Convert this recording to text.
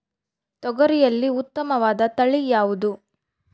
ತೊಗರಿಯಲ್ಲಿ ಉತ್ತಮವಾದ ತಳಿ ಯಾವುದು?